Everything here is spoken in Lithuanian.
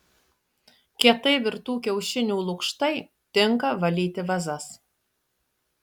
kietai virtų kiaušinių lukštai tinka valyti vazas